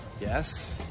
Yes